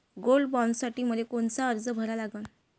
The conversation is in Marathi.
गोल्ड बॉण्डसाठी मले कोनचा अर्ज भरा लागन?